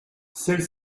celle